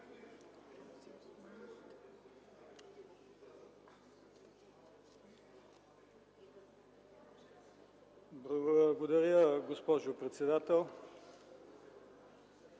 Благодаря, госпожо председател.